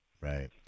right